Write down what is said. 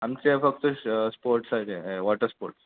आमचे फक्त स्पोर्ट्साचे वॉटर स्पोर्ट्स